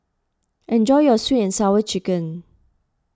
enjoy your Sweet and Sour Chicken